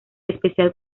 especial